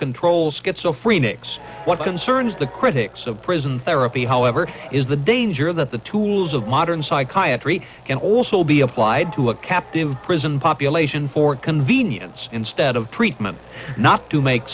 control schizophrenia x what concerns the critics of prison therapy however is the danger that the tools of modern psychiatry and also be applied to a captive prison population for convenience instead of treatment not to make